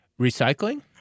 Recycling